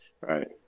right